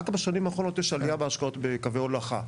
רק בשנים האחרונות יש עלייה בהשקעות בקווי הולכה.